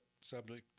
subject